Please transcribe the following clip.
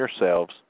yourselves